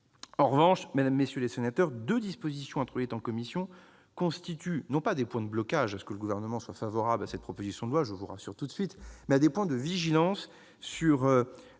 En revanche, mesdames, messieurs les sénateurs, deux dispositions introduites en commission constituent non pas des points de blocage à ce que le Gouvernement soit favorable à cette proposition de loi- je vous rassure tout de suite -, mais des points de vigilance qui